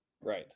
Right